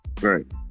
Right